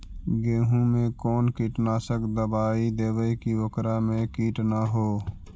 गेहूं में कोन कीटनाशक दबाइ देबै कि ओकरा मे किट न हो?